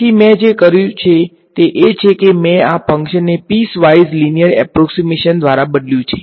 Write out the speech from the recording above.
તેથી મેં જે કર્યું છે તે એ છે કે મેં આ ફંક્શનને પીસ વાઈઝ લીનીયર એપ્રોક્ષીમેશન દ્વારા બદલ્યું છે